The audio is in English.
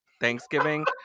Thanksgiving